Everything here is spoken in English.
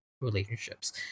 relationships